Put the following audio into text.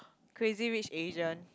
Crazy Rich Asian